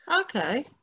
Okay